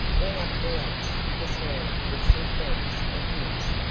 went up the lakes this morning with some friends of his.